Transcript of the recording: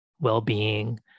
well-being